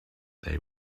they